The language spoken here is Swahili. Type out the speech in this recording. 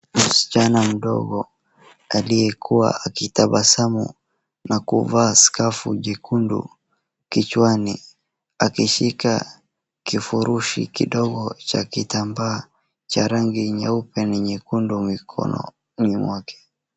Msichana mdogo aliyekuwa akitabasamu na kuvaa skafu jekundu kichwani akishika kifurushi kidogo cha kitambaa cha rangi nyeupe na nyekundu mikononi mwake